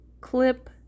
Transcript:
Clip